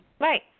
Right